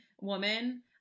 woman